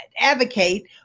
advocate